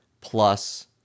plus